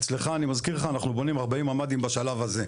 אצלך אני מזכיר לך אנחנו בונים 40 ממ"דים בשלב הזה.